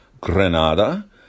Granada